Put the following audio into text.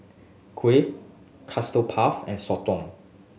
Kuih Custard Puff and Soto